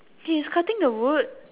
he is cutting the wood